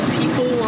people